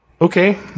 Okay